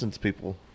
people